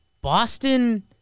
Boston